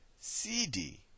CD